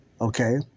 Okay